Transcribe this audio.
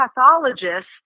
pathologist